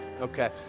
okay